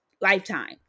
lifetime